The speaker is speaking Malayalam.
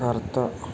കറുത്ത